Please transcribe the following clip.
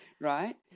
right